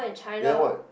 then what